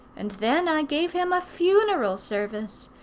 and then i gave him a funeral service,